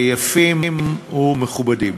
יפים ומכובדים.